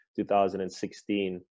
2016